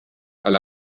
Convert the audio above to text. alle